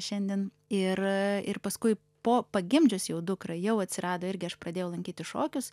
šiandien ir a ir paskui po pagimdžius jau dukrą jau atsirado irgi aš pradėjau lankyti šokius